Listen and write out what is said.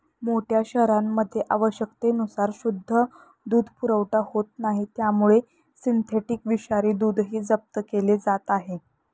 मोठ्या शहरांमध्ये आवश्यकतेनुसार शुद्ध दूध पुरवठा होत नाही त्यामुळे सिंथेटिक विषारी दूधही जप्त केले जात आहे